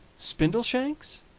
spindleshanks?